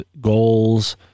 goals